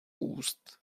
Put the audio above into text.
úst